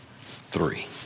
Three